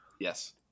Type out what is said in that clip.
Yes